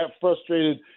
frustrated